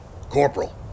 Corporal